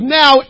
now